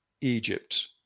Egypt